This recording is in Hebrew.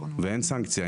ואין סנקציה.